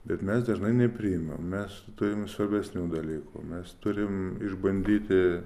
bet mes dažnai nepriimam mes turim svarbesnių dalykų mes turim išbandyti